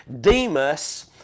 Demas